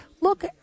Look